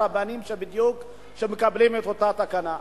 הרבנים שבדיוק מקבלים את אותה תקנה.